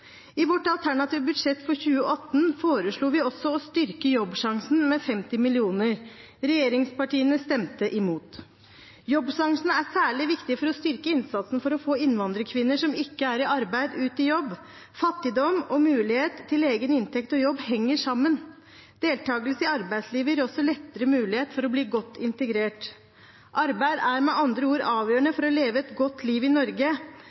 I vårt alternative budsjett for 2018 foreslo vi også å styrke Jobbsjansen med 50 mill. kr. Regjeringspartiene stemte imot. Jobbsjansen er særlig viktig for å styrke innsatsen for å få innvandrerkvinner som ikke er i arbeid, ut i jobb. Fattigdom og mulighet til egen inntekt og jobb henger sammen. Deltakelse i arbeidslivet gir også bedre muligheter til å bli godt integrert. Arbeid er med andre ord avgjørende for å leve et godt liv i Norge.